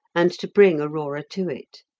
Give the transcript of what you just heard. and to bring aurora to it.